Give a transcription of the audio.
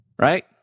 right